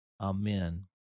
amen